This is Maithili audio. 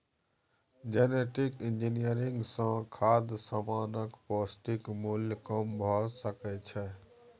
जेनेटिक इंजीनियरिंग सँ खाद्य समानक पौष्टिक मुल्य कम भ सकै छै